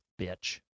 bitch